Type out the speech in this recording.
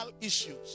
issues